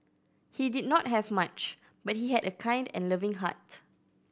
he did not have much but he had a kind and loving heart